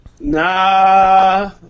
Nah